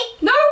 No